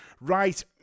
Right